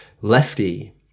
Lefty